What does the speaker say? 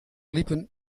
liepen